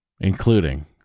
including